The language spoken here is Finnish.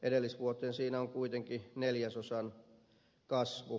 edellisvuoteen siinä on kuitenkin neljäsosan kasvu